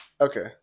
Okay